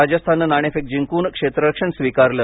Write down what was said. राजस्थानन नाणेफेक जिंकून क्षेत्ररक्षण स्वीकारल